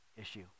issue